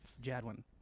jadwin